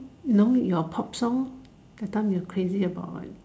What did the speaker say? no your pop song that time you are crazy about